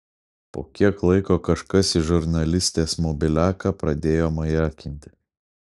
po kiek laiko kažkas į žurnalistės mobiliaką pradėjo majakinti